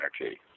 energy